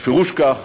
בפירוש כך,